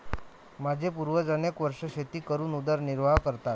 माझे पूर्वज अनेक वर्षे शेती करून उदरनिर्वाह करतात